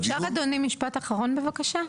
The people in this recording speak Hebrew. אפשר אדוני משפט אחרון בבקשה?